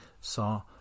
saw